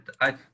I-